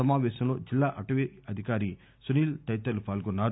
సమాపేశంలో జిల్లా అటవీ అధికారి సునీల్ తదితరులు పాల్గొన్నారు